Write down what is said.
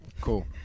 Cool